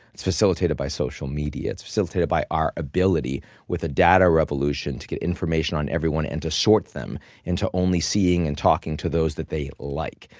it's facilitated by social media, it's facilitated by our ability with a data revolution to get information on everyone and to sort them into only seeing and talking to those that they like.